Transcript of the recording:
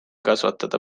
kasvatada